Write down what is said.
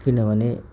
किनभने